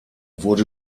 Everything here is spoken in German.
wurde